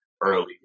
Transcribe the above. Early